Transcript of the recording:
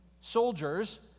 soldiers